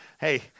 Hey